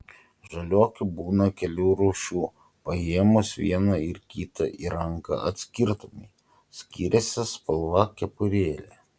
žaliuokių būna kelių rūšių paėmus vieną ir kitą į ranką atskirtumei skiriasi spalva kepurėlė